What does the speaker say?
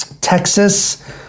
Texas